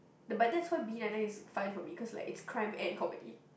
eh but that's why B nine nine is fun for me cause like it's crime and comedy